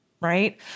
right